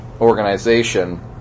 Organization